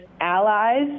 allies